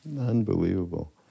Unbelievable